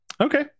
Okay